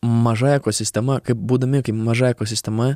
maža ekosistema kaip būdami kaip maža ekosistema